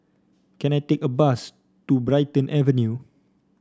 can I take a bus to Brighton Avenue